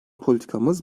politikamız